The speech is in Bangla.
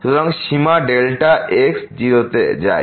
সুতরাং সীমা ডেল্টা x 0 তে যায়